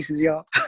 y'all